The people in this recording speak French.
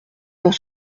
dans